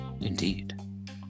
Indeed